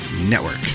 network